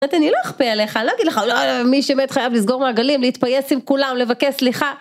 אני לא אכפה עליך אני לא אגיד לך מי שמת חייב לסגור מעגלים להתפייס עם כולם לבקש סליחה.